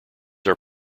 are